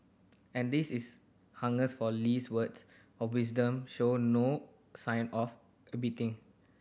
and this is hungers for Lee's words of wisdom show no sign of abating